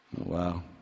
Wow